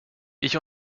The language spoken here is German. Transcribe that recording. ich